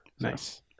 Nice